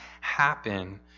happen